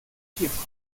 papierkorb